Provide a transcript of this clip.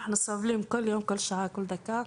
אנחנו סובלים כול יום, כול שעה, כול דקה.